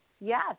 Yes